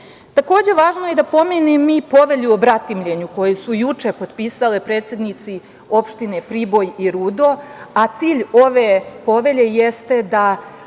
važno je da pomenem i Povelju o bratimljenju koju su juče potpisali predsednici opštine Priboj i Rudo, a cilj ove povelje jeste da